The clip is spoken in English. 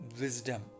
wisdom